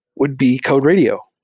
would be code radio.